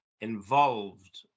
involved